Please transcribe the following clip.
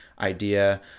idea